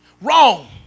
wrong